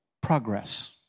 progress